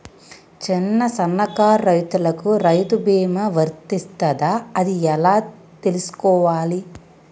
చిన్న సన్నకారు రైతులకు రైతు బీమా వర్తిస్తదా అది ఎలా తెలుసుకోవాలి?